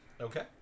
Okay